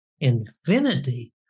infinity